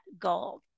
goal